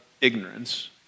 ignorance